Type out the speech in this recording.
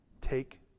Take